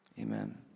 amen